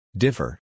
differ